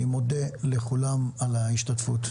אני מודה לכולם על ההשתתפות.